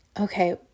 okay